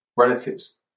relatives